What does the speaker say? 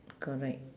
correct